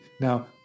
Now